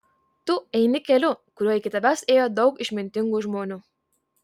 tu eini keliu kuriuo iki tavęs ėjo daug išmintingų žmonių